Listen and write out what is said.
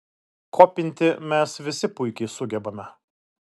kopinti mes visi puikiai sugebame